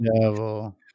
Devil